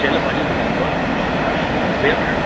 sale भाॼी मिली वेंदव बिहु पटाटा